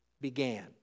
began